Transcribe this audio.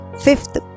Fifth